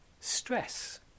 stress